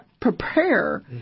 prepare